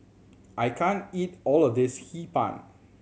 I can't eat all of this Hee Pan